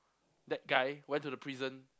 that guy went to the prison